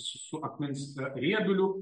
su akmens rieduliu